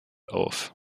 auf